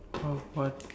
oh what